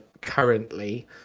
currently